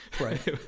right